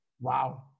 Wow